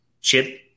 Chip